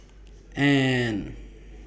and